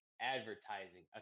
advertising